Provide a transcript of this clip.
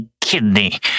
kidney